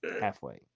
halfway